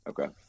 Okay